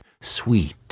sweet